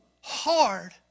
hard